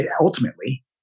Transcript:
ultimately